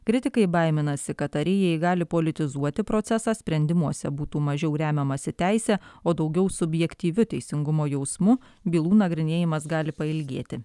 kritikai baiminasi kad tarėjai gali politizuoti procesą sprendimuose būtų mažiau remiamasi teise o daugiau subjektyviu teisingumo jausmu bylų nagrinėjimas gali pailgėti